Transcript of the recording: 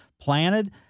planted